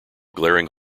glaring